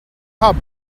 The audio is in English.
hub